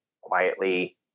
quietly